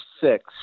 six